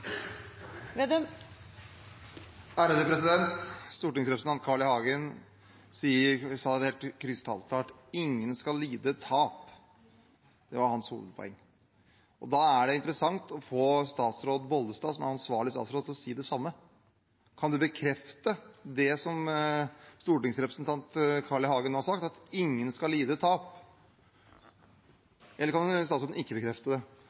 Vedum har hatt ordet to ganger tidligere og får ordet til en kort merknad, begrenset til 1 minutt. Stortingsrepresentanten Carl I. Hagen sa helt krystallklart at ingen skal lide tap. Det var hans hovedpoeng. Da vil det være interessant å få statsråd Olaug V. Bollestad, som er ansvarlig statsråd, til å si det samme. Kan statsråden bekrefte det stortingsrepresentanten Carl I. Hagen har sagt, at ingen skal lide